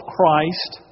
Christ